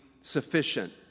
sufficient